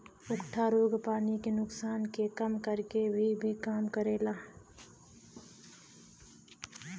उकठा रोग पानी के नुकसान के कम करे क भी काम करेला